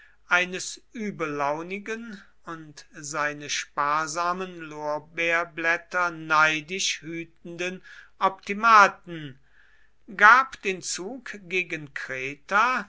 eines übellaunigen und seine sparsamen lorbeerblätter neidisch hütenden optimaten gab den zug gegen kreta